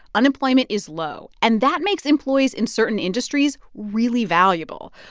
unemployment is low, and that makes employees in certain industries really valuable.